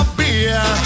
beer